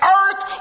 earth